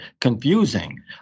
confusing